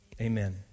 amen